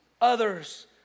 others